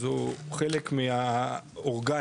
זו חלק מהאורגני